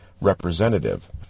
representative